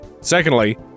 Secondly